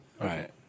Right